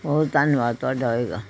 ਬਹੁਤ ਧੰਨਵਾਦ ਤੁਹਾਡਾ ਹੋਵੇਗਾ